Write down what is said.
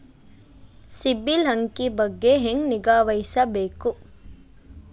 ಸಿಬಿಲ್ ಅಂಕಿ ಬಗ್ಗೆ ಹೆಂಗ್ ನಿಗಾವಹಿಸಬೇಕು?